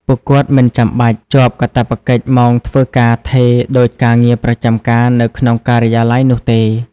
ពួកគាត់មិនចាំបាច់ជាប់កាតព្វកិច្ចម៉ោងធ្វើការថេរដូចការងារប្រចាំការនៅក្នុងការិយាល័យនោះទេ។